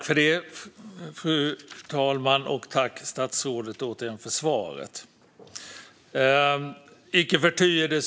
Fru talman! Tack återigen för svaret, statsrådet!